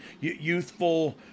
youthful